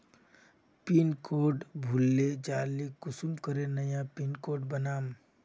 Pin code भूले जाले कुंसम करे नया पिन कोड बनाम?